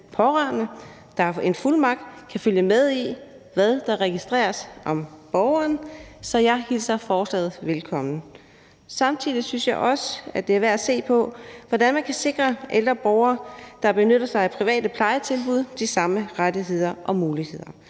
pårørende, der har en fuldmagt, kan følge med i, hvad der registreres om borgeren, så jeg hilser forslaget velkommen. Samtidig synes jeg også, at det er værd at se på om, hvordan man kan sikre ældre borgere, der benytter sig af private plejetilbud, de samme rettigheder og muligheder.